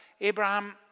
Abraham